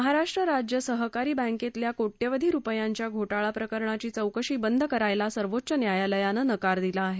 महाराष्ट्र राज्य सहकारी बँकेतल्या कोट्यवधी रुपयांच्या घोटाळा प्रकरणाची चौकशी बंद करायला सर्वोच्च न्यायालयानं नकार दिला आहे